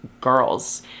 girls